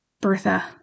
Bertha